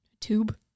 tube